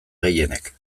gehienek